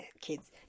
Kids